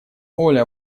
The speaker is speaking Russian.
оля